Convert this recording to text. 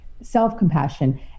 self-compassion